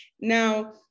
Now